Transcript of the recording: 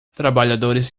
trabalhadores